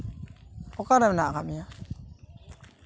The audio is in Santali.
ᱚᱠᱟᱨᱮ ᱢᱮᱱᱟᱜ ᱠᱟᱜ ᱢᱮᱭᱟ